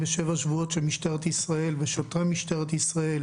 שבועות שמשטרת ישראל ושוטרי משטרת ישראל